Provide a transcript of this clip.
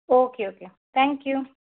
okay okay thank U